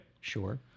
Sure